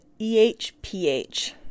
EHPH